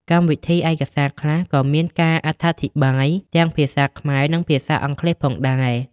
កម្មវិធីឯកសារខ្លះក៏មានការអត្ថាធិប្បាយទាំងភាសាខ្មែរនិងភាសាអង់គ្លេសផងដែរ។